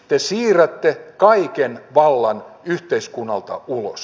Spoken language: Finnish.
te siirrätte kaiken vallan yhteiskunnalta ulos